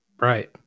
Right